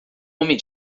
homem